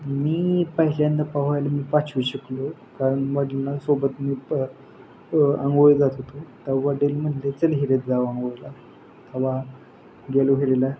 मी पहिल्यांदा पोहायला मी पाचवीत शिकलो कारण वडिलांसोबत मी प आंघोळीला जात होतो तरी वडील म्हणाले चल विहिरीत जाऊ आंघोळीला तेव्हा गेलो विहिरीला